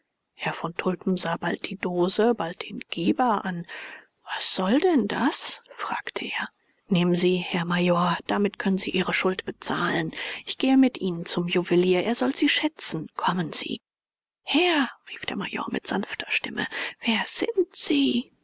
herr von tulpen sah bald die dose bald den geber an was soll denn das fragte er nehmen sie herr major damit können sie ihre schuld bezahlen ich gehe mit ihnen zum juwelier er soll sie schätzen kommen sie herr rief der major mit sanfter stimme wer sind sie